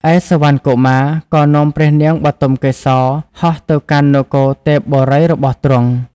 ឯសុវណ្ណកុមារក៏នាំព្រះនាងបទុមកេសរហោះទៅកាន់នគរទេពបុរីរបស់ទ្រង់។